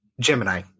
Gemini